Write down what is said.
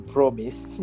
Promise